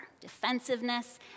defensiveness